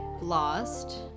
lost